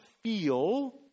Feel